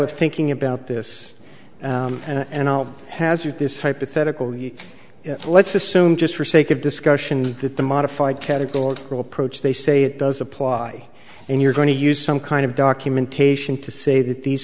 of thinking about this and i'll hazard this hypothetical you let's assume just for sake of discussion that the modified tentacled approach they say it does apply and you're going to use some kind of documentation to say that these